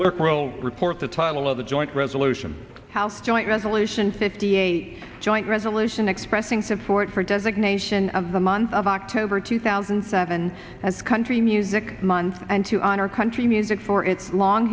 will report the title of the joint resolution house joint resolution fifty eight joint resolution expressing support for designation of the month of october two thousand and seven as country music month and to honor country music for its long